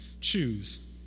choose